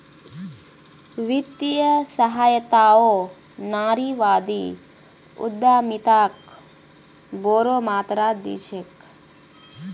वित्तीय सहायताओ नारीवादी उद्यमिताक बोरो मात्रात दी छेक